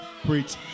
preach